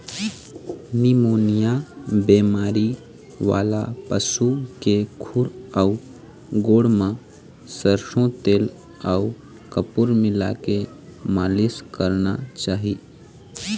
pneumonia बेमारी वाला पशु के खूर अउ गोड़ म सरसो तेल अउ कपूर मिलाके मालिस करना चाही